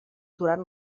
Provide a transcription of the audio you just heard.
durant